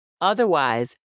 Otherwise